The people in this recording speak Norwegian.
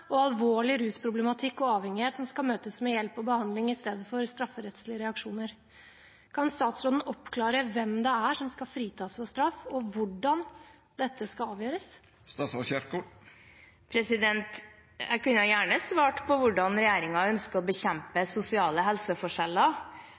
og alvorlig rusproblematikk og avhengighet som skal møtes med hjelp og behandling i stedet for strafferettslige reaksjoner. Kan statsråden oppklare hvem det er som skal fritas for straff, og hvordan dette skal avgjøres? Jeg kunne gjerne svart på hvordan regjeringen ønsker å bekjempe